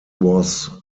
was